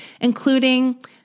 including